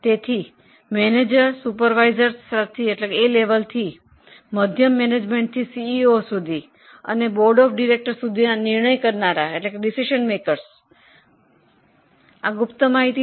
તેથી સુપરવાઇઝર સ્તરથી મેનેજર મધ્યમ મેનેજમેન્ટ સીઈઓ અને બોર્ડ ઓફ ડિરેક્ટર સુધી માટે આ ગુપ્ત માહિતી છે